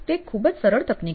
તે એક ખૂબ જ સરળ તકનીક છે